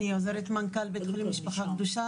אני עוזרת מנכ"ל בבית החולים 'המשפחה הקדושה',